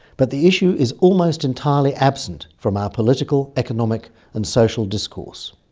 but the issue is almost entirely absent from our political, economic and social discourse.